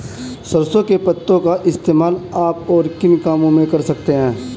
सरसों के पत्तों का इस्तेमाल आप और किन कामों में कर सकते हो?